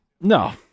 No